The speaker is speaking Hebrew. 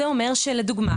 זה אומר שלדוגמה,